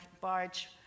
barge